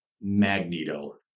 Magneto